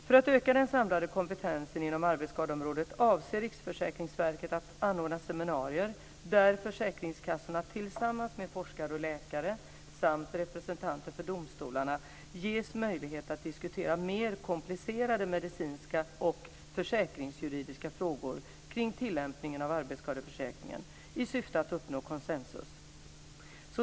För att öka den samlade kompetensen inom arbetsskadeområdet avser Riksförsäkringsverket att anordna seminarier, där försäkringskassorna tillsammans med forskare och läkare samt representanter för domstolarna ges möjlighet att diskutera mer komplicerade medicinska och försäkringsjuridiska frågor kring tillämpningen av arbetsskadeförsäkringen i syfte att uppnå konsensus.